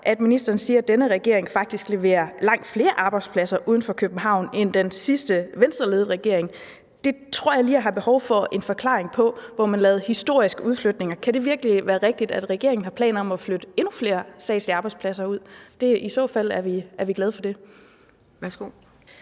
at ministeren siger, at denne regering faktisk leverer langt flere arbejdspladser uden for København end den sidste Venstreledede regering. Det tror jeg lige jeg har behov for en forklaring på, for vi lavede historiske udflytninger. Kan det virkelig være rigtigt, at regeringen har planer om at flytte endnu flere statslige arbejdspladser ud? I så fald er vi glade for det. Kl.